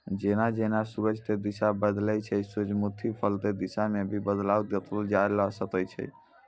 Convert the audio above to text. जेना जेना सूरज के दिशा बदलै छै सूरजमुखी फूल के दिशा मॅ भी बदलाव देखलो जाय ल सकै छै